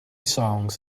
songs